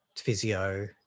physio